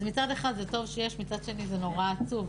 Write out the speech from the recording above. אז מצד אחד זה טוב שיש ומצד שני זה נורא עצוב.